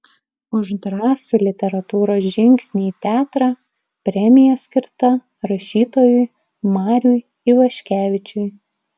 už drąsų literatūros žingsnį į teatrą premija skirta rašytojui mariui ivaškevičiui